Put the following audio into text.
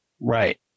Right